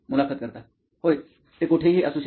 मुलाखत कर्ता होय ते कोठेही असू शकते